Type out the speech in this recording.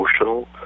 emotional